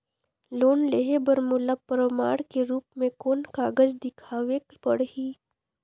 Loan लेहे बर मोला प्रमाण के रूप में कोन कागज दिखावेक पड़ही?